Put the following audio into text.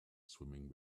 swimming